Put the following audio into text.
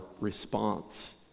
response